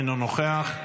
אינו נוכח,